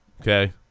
Okay